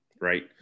right